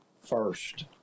first